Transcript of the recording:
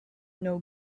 know